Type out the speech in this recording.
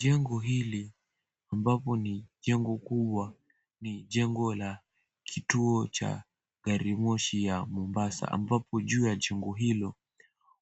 Jengo hili ambapo ni jengo kubwa ni jengo la kituo cha garimoshi ya Mombasa ambapo juu ya jengo hilo